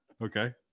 Okay